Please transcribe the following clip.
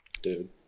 dude